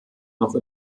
noch